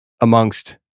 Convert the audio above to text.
amongst